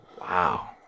Wow